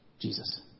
Jesus